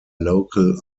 local